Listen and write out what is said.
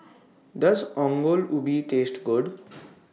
Does Ongol Ubi Taste Good